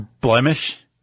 blemish